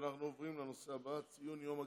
אנחנו עוברים לנושא הבא בסדר-היום: ציון יום הגליל,